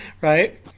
right